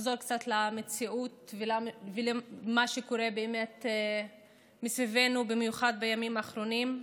לחזור למציאות ולמה שקורה מסביבנו במיוחד בימים האחרונים.